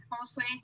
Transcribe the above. mostly